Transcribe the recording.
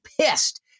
pissed